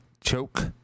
choke